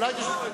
אדוני היושב-ראש,